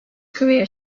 career